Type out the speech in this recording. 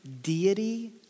deity